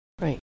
Right